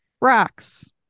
rocks